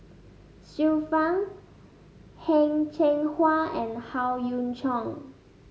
Xiu Fang Heng Cheng Hwa and Howe Yoon Chong